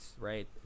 right